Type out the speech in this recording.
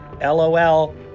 LOL